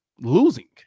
losing